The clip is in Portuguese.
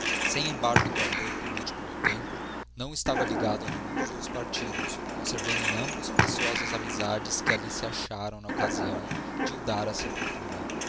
sem embargo do ardor político do tempo não estava ligado a nenhum dos dois partidos conservando em ambos preciosas amizades que ali se acharam na ocasião de o dar à sepultura